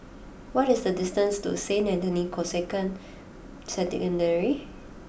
what is the distance to Saint Anthony's Canossian Secondary